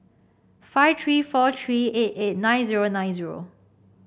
five three four three eight eight nine zero nine zero